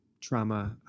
trauma